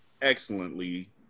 Excellently